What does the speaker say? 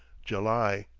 july.